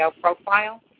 profile